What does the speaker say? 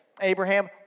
Abraham